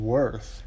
Worth